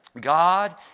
God